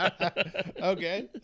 Okay